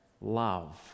love